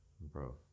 bro